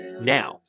Now